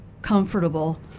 comfortable